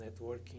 networking